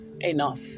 enough